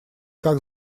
как